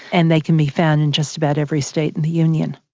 and they can be found in just about every state in the union.